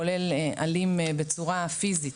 כולל אלים בצורה פיזית,